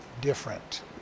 different